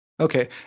Okay